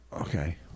Okay